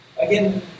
Again